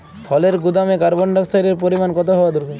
ফলের গুদামে কার্বন ডাই অক্সাইডের পরিমাণ কত হওয়া দরকার?